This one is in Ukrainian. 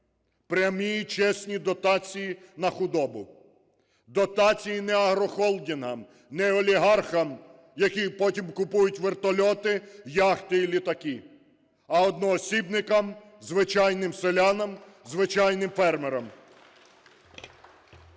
прямі і чесні дотації на худобу. Дотації не аргохолдингам, не олігархам, які потім купують вертольоти, яхти і літаки, а одноосібникам, звичайним селянам, звичайним фермерам.